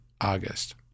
august